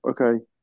Okay